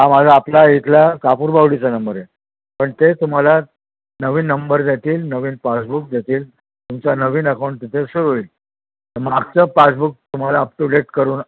हा माझा आपला इथला कापूरबावडीचा नंबर आहे पण ते तुम्हाला नवीन नंबर देतील नवीन पासबुक देतील तुमचा नवीन अकाऊंट तिथे सुरू होईल मागचं पासबुक तुम्हाला अपटूडेट करून